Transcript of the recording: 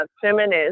feminist